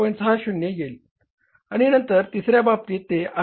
60 येईल आणि नंतर तिसर्या बाबतीत ते 11